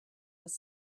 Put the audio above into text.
was